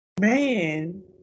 Man